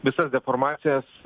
visas deformacijas